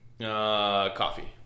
coffee